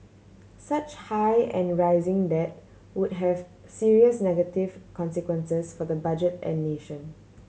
such high and rising debt would have serious negative consequences for the budget and nation